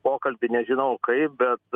pokalbį nežinau kaip bet